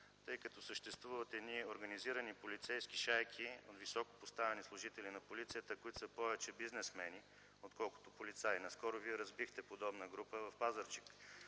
тъй като съществуват организирани полицейски шайки от високопоставени служители на Полицията, които са повече бизнесмени, отколкото полицаи. Наскоро вие разбихте подобна група в Пазарджик.